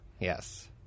Yes